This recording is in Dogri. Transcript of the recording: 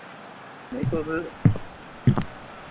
नेईं तुस